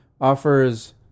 offers